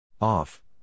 Off